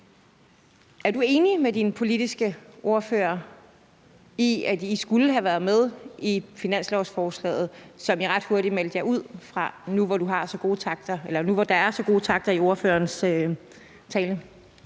Er du enig med din politiske ordfører i, at I skulle have været med i forbindelse med finanslovsforslaget, som I ret hurtigt meldte jer ud af, nu der er så gode takter i ordførerens tale?